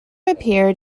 appeared